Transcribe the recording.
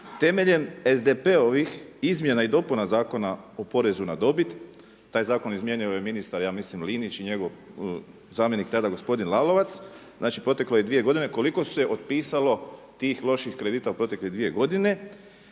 temeljem SDP-ovih izmjena i dopuna Zakona o porezu na dobit. Taj zakon izmijenio je ministar ja mislim Linić i njegov zamjenik tada gospodin Lalovac. Znači, proteklo je dvije godine. Koliko se otpisalo tih loših kredita u proteklih dvije godine.